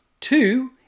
Two